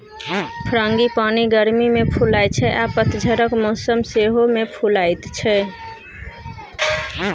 frangipani गर्मी मे फुलाइ छै आ पतझरक मौसम मे सेहो फुलाएत छै